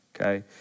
okay